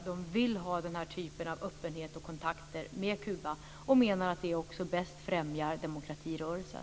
De vill ha den här typen av öppenhet och kontakter och menar att det bäst främjar demokratirörelsen.